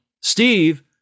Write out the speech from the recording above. Steve